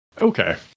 Okay